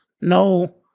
No